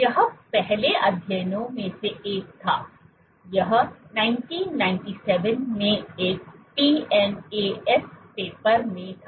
यह पहले अध्ययनों में से एक था यह 1997 में एक PNAS पेपर में था